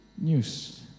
news